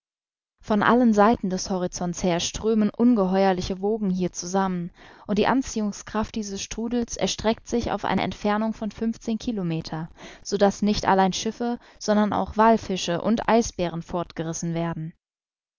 von allen seiten des horizonts her strömen ungeheuerliche wogen hier zusammen und die anziehungskraft dieses strudels erstreckt sich auf eine entfernung von fünfzehn kilometer so daß nicht allein schiffe sondern auch die wallfische und eisbären fortgerissen werden